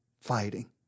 fighting